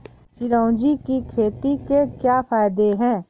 चिरौंजी की खेती के क्या फायदे हैं?